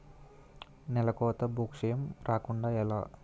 నేలకోత భూక్షయం రాకుండ ఎలా?